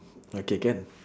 okay can